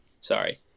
Sorry